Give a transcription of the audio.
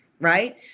right